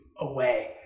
away